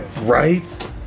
Right